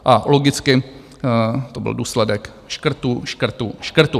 A logicky to byl důsledek škrtů, škrtů, škrtů.